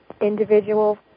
individual